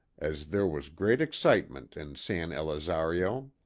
as there was great excitement in san elizario.